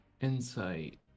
Insight